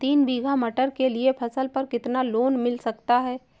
तीन बीघा मटर के लिए फसल पर कितना लोन मिल सकता है?